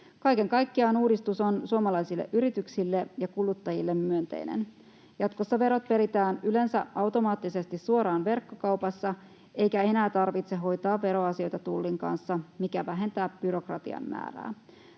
Kaiken kaikkiaan uudistus on suomalaisille yrityksille ja kuluttajille myönteinen. Jatkossa verot peritään yleensä automaattisesti suoraan verkkokaupassa eikä enää tarvitse hoitaa veroasioita Tullin kanssa, mikä vähentää byrokratian määrää.